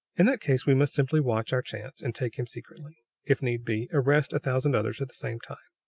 in that case we must simply watch our chance, and take him secretly if need be, arrest a thousand others at the same time.